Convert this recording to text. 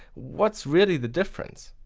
what's really the difference.